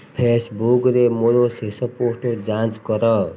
ଫେସବୁକ୍ରେ ମୋର ଶେଷ ପୋଷ୍ଟ ଯାଞ୍ଚ କର